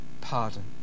pardon